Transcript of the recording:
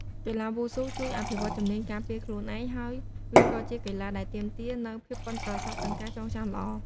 កីឡាវ៉ូស៊ូជួយអភិវឌ្ឍជំនាញការពារខ្លួនឯង ហើយវាក៏ជាកីឡាដែលទាមទារនូវភាពប៉ិនប្រសប់ និងការចងចាំល្អ។